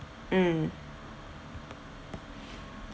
mm